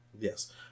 Yes